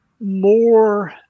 more